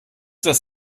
dass